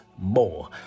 more